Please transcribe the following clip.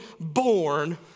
born